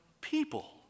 people